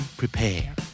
prepare